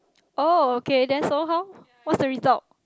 oh okay then so how what's the result